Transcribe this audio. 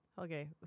Okay